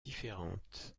différentes